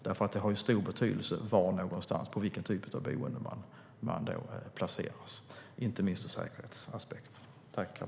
Det har ju stor betydelse för vilken typ av boende man placeras på, inte minst ur säkerhetsaspekt.